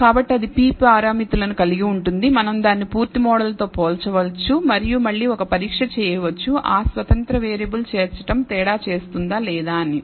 కాబట్టి అది p పారామితులు కలిగి ఉంటుంది మనం దానిని పూర్తి మోడల్తో పోల్చవచ్చు మరియు మళ్ళీ ఒక పరీక్ష చేయవచ్చు ఆ స్వతంత్ర వేరియబుల్ చేర్చడం తేడా చేస్తుందా లేదా అని